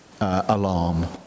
alarm